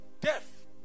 Death